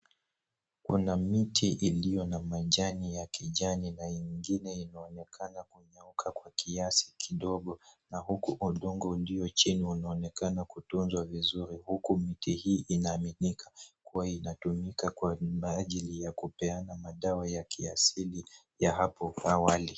Kuna miti iliyo na majani ya kijani na ingine inaonekana kunyauka kwa kiasi kidogo na huku udongo ulio chini unaonekana kutunzwa vizuri huku miti hii inaaminika kuwa inatumika kwa minajili ya kupeana madawa ya kiasili ya hapo awali.